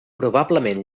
probablement